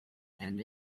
and